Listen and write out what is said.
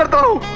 oh,